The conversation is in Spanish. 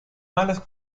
malas